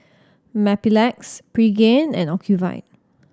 Mepilex Pregain and Ocuvite